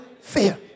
fear